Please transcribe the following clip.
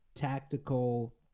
tactical